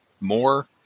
more